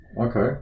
Okay